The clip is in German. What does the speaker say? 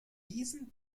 diesen